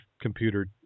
computer